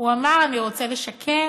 הוא אמר: אני רוצה לשקם